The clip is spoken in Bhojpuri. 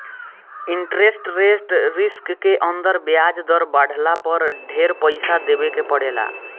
इंटरेस्ट रेट रिस्क के अंदर ब्याज दर बाढ़ला पर ढेर पइसा देवे के पड़ेला